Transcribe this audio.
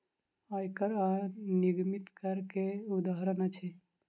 आय कर आ निगमित कर, कर के उदाहरण अछि